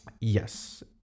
Yes